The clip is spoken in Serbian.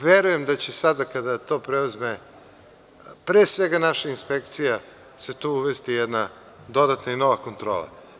Verujem da će sada kada to preuzme, pre svega, naša inspekcija, će se tu uvesti jedna dodatna i nova kontrola.